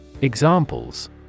Examples